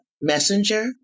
messenger